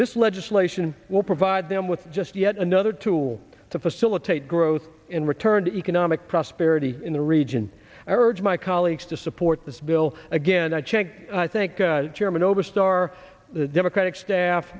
this legislation will provide them with just yet another tool to facilitate growth in return to economic prosperity in the region i urge my colleagues to support this bill again i check i think chairman oberstar democratic staff